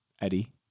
Eddie